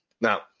Now